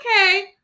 Okay